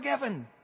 forgiven